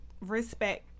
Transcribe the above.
respect